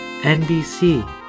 NBC